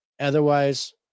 Otherwise